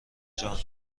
جان